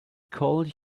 called